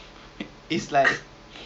ya so